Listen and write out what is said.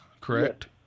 correct